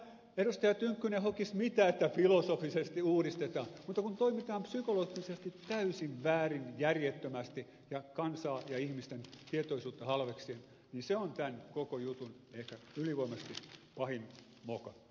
tynkkynen hokisi mitä että filosofisesti uudistetaan toimitaan psykologisesti täysin väärin järjettömästi ja kansaa ja ihmisten tietoisuutta halveksien ja se on tämän koko jutun ehkä ylivoimaisesti pahin moka